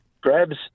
grabs